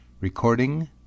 Recording